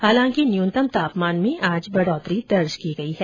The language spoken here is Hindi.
हालांकि न्यूनतम तापमान में आज बढ़ोतरी दर्ज की गई है